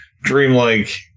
dreamlike